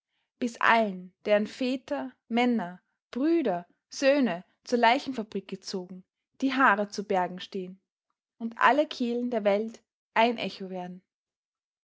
bis allen deren väter männer brüder söhne zur leichenfabrik gezogen die haare zu berge stehen und alle kehlen der welt ein echo werden